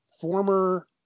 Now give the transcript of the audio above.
Former